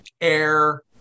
air